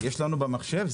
כרגע למספר כלים